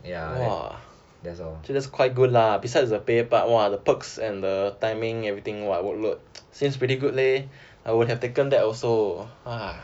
ya that's all